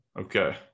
Okay